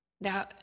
Now